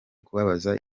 kubabaza